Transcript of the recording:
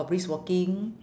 orh brisk walking